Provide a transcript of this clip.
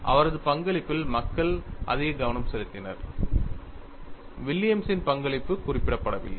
அவரது பங்களிப்பில் மக்கள் அதிக கவனம் செலுத்தினர் வில்லியம்ஸின் Williams' பங்களிப்பு குறிப்பிடப்படவில்லை